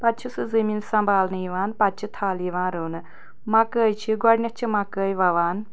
پَتہٕ چھُ سُہ زٔمیٖن سَمبالنہٕ یِوان پَتہٕ چھُ تھل یِوان رُونہٕ مَکٲے چھُ گۄڈٕنٮ۪تھ چھِ مَکٲے وَوان